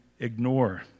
ignore